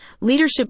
Leadership